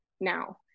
now